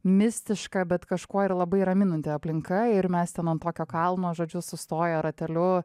mistiška bet kažkuo ir labai raminanti aplinka ir mes ten ant tokio kalno žodžiu sustoję rateliu